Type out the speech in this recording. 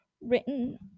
Written